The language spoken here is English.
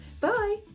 Bye